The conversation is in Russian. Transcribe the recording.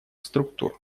структур